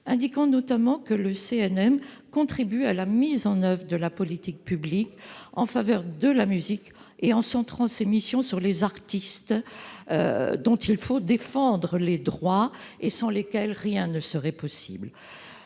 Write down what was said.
afin de préciser que le CNM contribue à la mise en oeuvre de la politique publique en faveur de la musique et de centrer ses missions sur les artistes, dont il faut défendre les droits. Sans eux, rien ne serait possible.